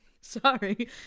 Sorry